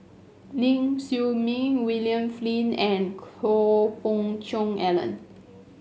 Ling Siew May William Flint and Choe Fook Cheong Alan